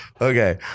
Okay